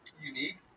Unique